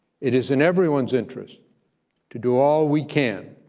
it is in everyone's interest to do all we can,